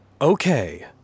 okay